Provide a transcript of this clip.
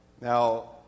Now